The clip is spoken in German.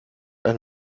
ein